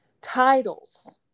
titles